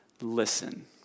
listen